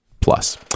Plus